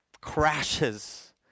crashes